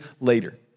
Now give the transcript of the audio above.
later